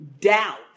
doubt